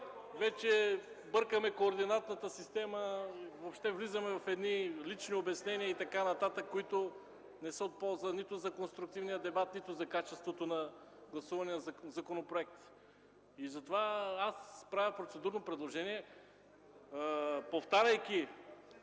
Вече бъркаме координатната система, въобще влизаме в едни лични обяснения и така нататък, които не са от полза нито за конструктивния дебат, нито за качеството на гласувания законопроект. Затова аз правя процедурно предложение, повтаряйки